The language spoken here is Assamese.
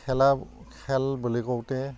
খেলা খেল বুলি কওঁতে